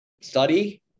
study